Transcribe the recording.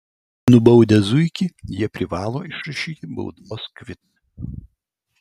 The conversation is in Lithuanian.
nubaudę zuikį jie privalo išrašyti baudos kvitą